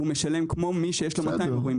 הוא משנה כמו מי שיש לו 200 אירועים בשנה.